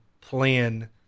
plan